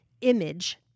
image